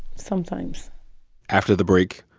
sometimes after the break,